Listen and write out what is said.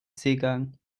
seegang